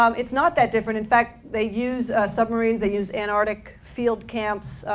um it's not that different. in fact, they use submarines. they use antarctic field camps.